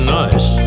nice